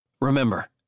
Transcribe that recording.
Remember